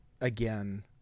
again